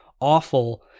awful